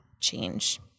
change